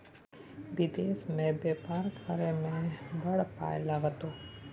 विदेश मे बेपार करय मे बड़ पाय लागतौ